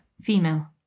female